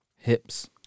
Hips